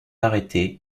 arrêtée